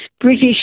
British